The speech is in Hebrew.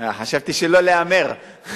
חשבתי: שלא להמר.